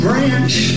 branch